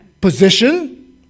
position